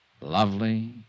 Lovely